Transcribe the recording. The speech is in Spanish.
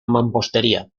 mampostería